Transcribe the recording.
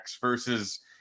versus